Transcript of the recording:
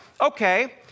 okay